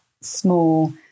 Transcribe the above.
small